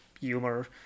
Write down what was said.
humor